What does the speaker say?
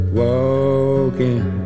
walking